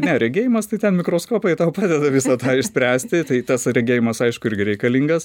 ne regėjimas tai ten mikroskopai tau pradeda visą tą išspręsti tai tas regėjimas aišku irgi reikalingas